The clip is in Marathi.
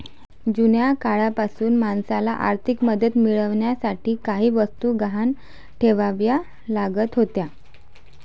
जुन्या काळापासूनच माणसाला आर्थिक मदत मिळवण्यासाठी काही वस्तू गहाण ठेवाव्या लागत होत्या